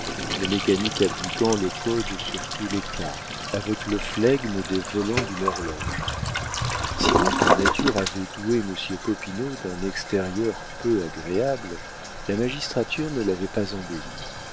une mécanique appliquant le code sur tous les cas avec le flegme des volants d'une horloge si donc la nature avait doué monsieur popinot d'un extérieur peu agréable la magistrature ne l'avait pas embelli